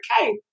okay